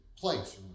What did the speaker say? place